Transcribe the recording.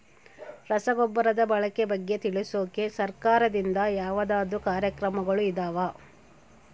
ರಸಗೊಬ್ಬರದ ಬಳಕೆ ಬಗ್ಗೆ ತಿಳಿಸೊಕೆ ಸರಕಾರದಿಂದ ಯಾವದಾದ್ರು ಕಾರ್ಯಕ್ರಮಗಳು ಇದಾವ?